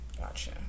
Gotcha